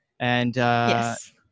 yes